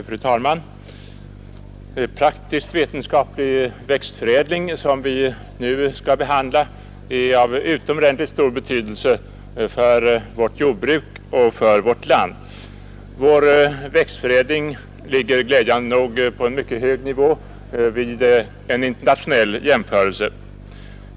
Fru talman! Praktiskt vetenskaplig växtförädling som vi nu skall behandla är av utomordenligt stor betydelse för vårt jordbruk och för vårt land. Vår växtförädling ligger glädjande nog på en mycket hög nivå vid en internationell jämförelse.